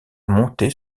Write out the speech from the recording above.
monter